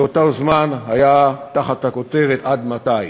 באותו זמן היה תחת הכותרת "עד מתי"